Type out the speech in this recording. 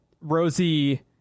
Rosie